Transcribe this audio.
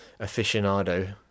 aficionado